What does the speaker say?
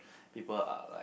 people are like